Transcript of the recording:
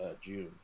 June